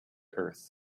earth